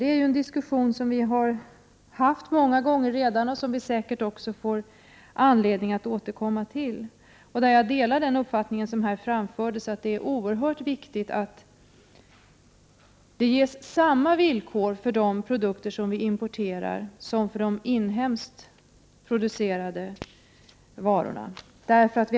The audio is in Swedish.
Det är ju en diskussion som vi har fört många gånger tidigare och som vi säkert får anledning att återkomma till. Jag delar den uppfattning som framfördes här. Det är oerhört viktigt att samma villkor gäller för de produkter som vi importerar som för de inhemskt producerade varorna.